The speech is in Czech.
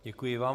Děkuji vám.